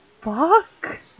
fuck